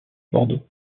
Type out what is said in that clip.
bordeaux